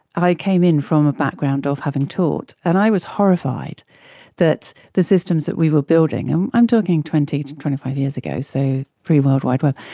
i came in from a background of having taught, and i was horrified that the systems that we were building, and i'm talking twenty to twenty five years ago, so pre-world wide web,